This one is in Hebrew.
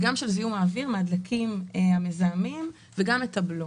של זיהום האוויר מהדלקים המזהמים ואת הבלו.